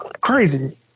crazy